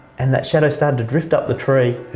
and that shadow started to drift up the tree,